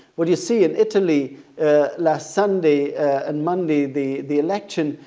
what you see in italy last sunday and monday, the the election,